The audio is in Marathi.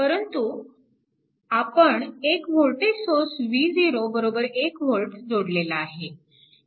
परंतु आपण एक वोल्टेज सोर्स V0 1V जोडलेला आहे